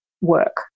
work